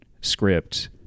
script